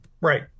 Right